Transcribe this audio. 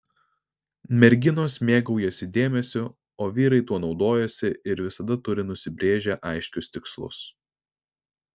merginos mėgaujasi dėmesiu o vyrai tuo naudojasi ir visada turi nusibrėžę aiškius tikslus